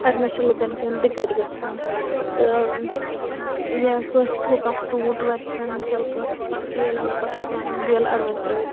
اَتہِ منٛز چھِ لُکَن کینٛہہ دِقت گژھان تہٕ یا کٲنٛسہِ کھیوٚو کانٛہہ فرٛوٗٹ وَتہِ پٮ۪ٹھ مِثال کٲنٛسہِ کھیوٚو کیل ویل پَتہٕ چھِ ژٕھنان یِم دٮ۪ل اَڑٕ وَتہِ ترٲیِتھ